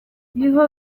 niho